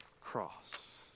cross